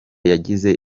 yagize